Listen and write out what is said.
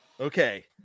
Okay